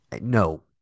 No